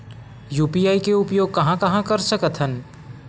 UPI के उपयोग कहां कहा कर सकत हन?